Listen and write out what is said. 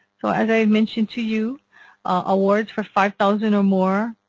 so as i've mentioned to you awards for five thousand or more